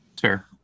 Sure